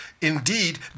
indeed